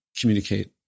communicate